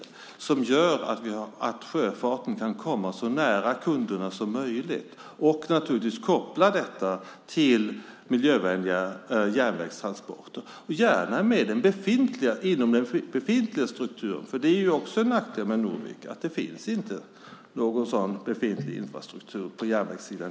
Då kan sjöfarten komma så nära kunderna som möjligt, och det kan naturligtvis kopplas till miljövänliga järnvägstransporter. Det kan gärna ske inom den befintliga strukturen. En nackdel med Norvik är att det i dag inte finns en befintlig infrastruktur på järnvägssidan.